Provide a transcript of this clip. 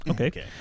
Okay